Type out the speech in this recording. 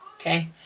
okay